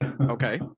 Okay